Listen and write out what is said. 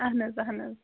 اہَن حظ اہَن حظ